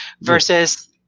versus